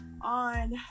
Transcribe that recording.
on